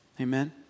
Amen